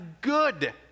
good